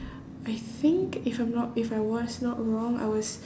I think if I'm not if I was not wrong I was